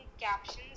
captions